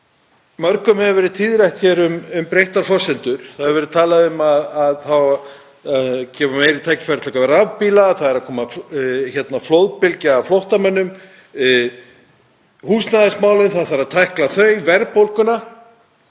Mörgum hefur verið tíðrætt um breyttar forsendur. Það hefur verið talað um að það eigi að gefa meiri tækifæri til að kaupa rafbíla, það er að koma flóðbylgja af flóttamönnum, húsnæðismálin, það þarf að tækla þau, verðbólguna.